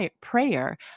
prayer